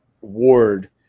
Ward